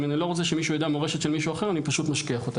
אם אני לא רוצה שמישהו יידע מורשת של מישהו אחר אני פשוט משכיח אותה.